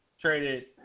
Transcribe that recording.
traded